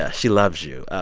ah she loves you.